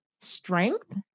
strength